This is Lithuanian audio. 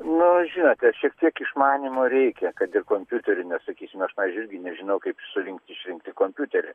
nu žinote šiek tiek išmanymo reikia kad ir kompiuterinio sakysime aš aš irgi nežinau kaip surinkt išrinkti kompiuterį